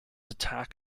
attack